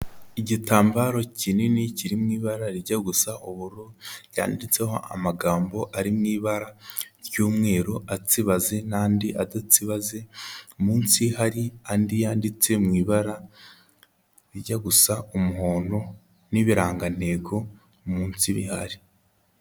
Igitambaro kinini kiri mu ibara rijya gusa ubururu, ryanditseho amagambo ari mu ibara ry'umweru atsibaze n'andi adatsibaze, munsi hari andi yanditse mu ibara rijya gusa umuhondo n'ibirangantego munsi bihari.